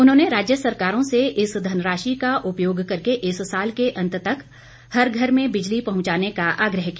उन्होंने राज्य सरकारों से इस धनराशि का उपयोग करके इस साल के अंत तक हर घर में बिजली पहुंचाने का आग्रह किया